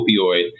opioid